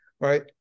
right